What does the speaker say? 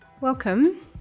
Welcome